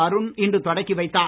அருண் இன்று தொடக்கி வைத்தார்